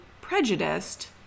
prejudiced